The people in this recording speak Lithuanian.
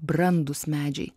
brandūs medžiai